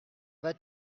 vas